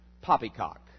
poppycock